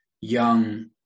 young